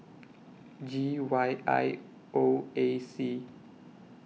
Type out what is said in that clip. G Y I O A C